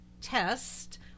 test